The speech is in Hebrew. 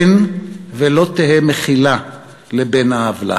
אין ולא תהא מחילה לבן-העוולה.